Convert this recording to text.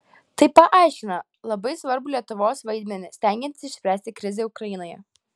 tai paaiškina labai svarbų lietuvos vaidmenį stengiantis išspręsti krizę ukrainoje